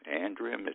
Andrea